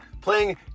playing